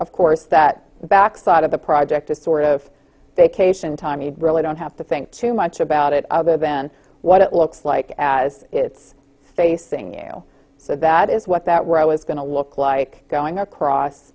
of course that the backside of the project is sort of day cation time you really don't have to think too much about it other than what it looks like as it's facing you so that is what that row is going to look like going across